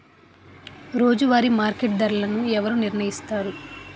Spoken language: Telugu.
రోజువారి మార్కెట్ ధరలను ఎవరు నిర్ణయిస్తారు?